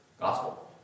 gospel